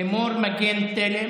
לימור מגן תלם,